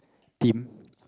team